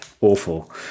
awful